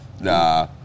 Nah